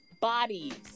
bodies